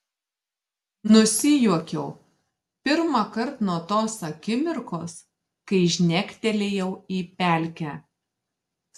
nusijuokiau pirmąkart nuo tos akimirkos kai žnektelėjau į pelkę